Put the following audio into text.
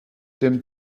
dem